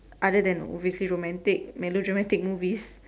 other than obviously romantic melodramatic movies